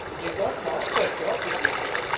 you've got an awkward job this evening.